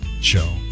show